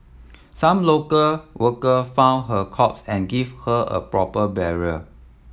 some local worker found her corpse and gave her a proper burial